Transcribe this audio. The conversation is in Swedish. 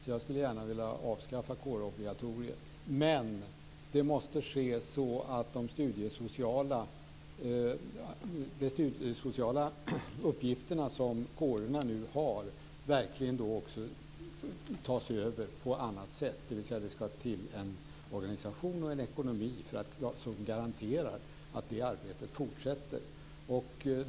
Därför skulle jag gärna vilja avskaffa kårobligatoriet, men det måste ske så att de studiesociala uppgifter som kårerna nu har verkligen tas om hand på annat sätt. Det ska alltså till en organisation och en ekonomi som garanterar att det arbetet fortsätter.